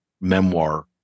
memoir